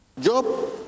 Job